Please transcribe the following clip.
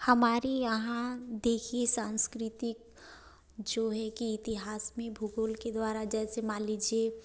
हमारे यहाँ देखिए सांस्कृतिक जो है की इतिहास में भूगोल के द्वारा जैसे मान लीजिए